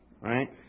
right